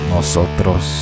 Nosotros